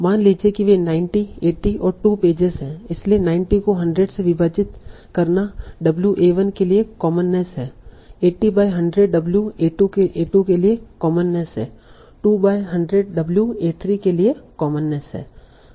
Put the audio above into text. मान लीजिए कि वे 90 80 और 2 पेजेज हैं इसलिए 90 को 100 से विभाजित करना w a1 के लिए कॉमननेस है 80 बाय 100 w a2 के लिए कॉमननेस है 2 बाय 100 w a3 के लिए कॉमननेस है